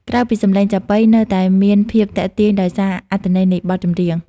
ក្រៅពីសម្លេង ចាប៉ីនៅតែមានភាពទាក់ទាញដោយសារ អត្ថន័យនៃបទចម្រៀង។